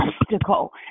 obstacle